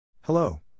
Hello